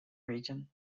region